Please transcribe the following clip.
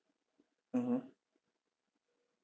mmhmm